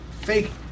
fake